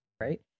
right